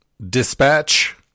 dispatch